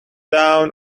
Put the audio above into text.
down